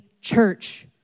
church